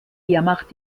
wehrmacht